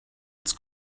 its